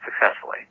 successfully